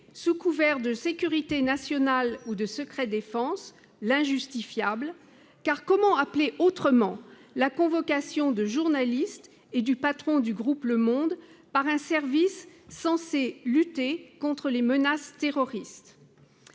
sous couvert de sécurité nationale ou de secret défense, l'injustifiable. Car comment appeler autrement la convocation de journalistes et du patron du groupe par un service censé lutter contre les menaces terroristes ?